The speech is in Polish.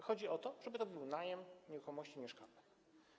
Chodzi o to, żeby to był najem nieruchomości mieszkalnej.